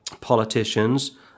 politicians